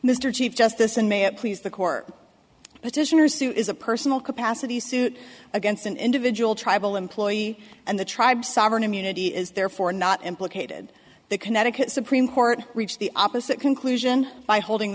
chief justice and may it please the court petitioner sue is a personal capacity suit against an individual tribal employee and the tribe sovereign immunity is therefore not implicated the connecticut supreme court reached the opposite conclusion by holding